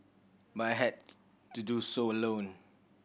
but I had to do so alone